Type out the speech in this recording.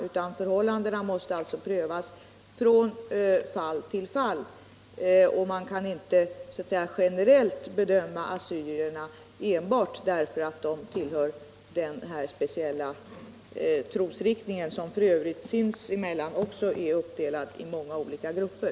Omständigheterna måste prövas från fall till fall, och man kan inte generellt bedöma assyrierna enbart med hänsyn till att de tillhör den speciella trosriktning som det här gäller och som f.ö. sinsemellan också är uppdelad i många olika grupper.